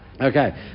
Okay